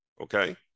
okay